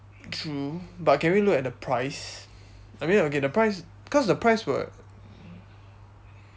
true but can we look at the price I mean okay the price cause the price were